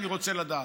אני רוצה לדעת.